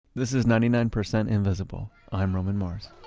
this is ninety nine percent invisible i'm roman mars